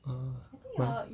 (uh huh)